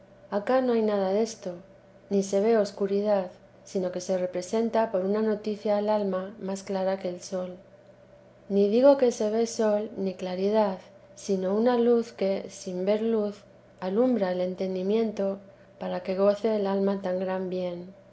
acá no hay nada desto ni se ve escuridad sino que se representa por una noticia al alma más clara que el sol ni digo que se ve sol ni claridad sino una luz que sin ver luz alumbra el entendimiento para que goce el alma tan gran bien